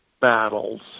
battles